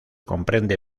comprende